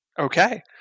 Okay